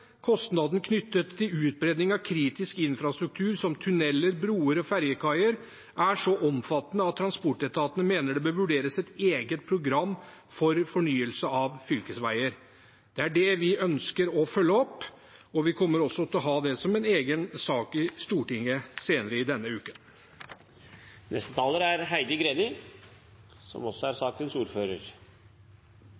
Kostnaden knyttet til utbedring av kritisk infrastruktur som tunneler, bruer og ferjekaier er så omfattende at transportetatene mener det bør vurderes et eget program for fornyelse av fylkesveger.» Det er det vi ønsker å følge opp. Vi kommer også til å ha det som en egen sak i Stortinget senere i denne uken.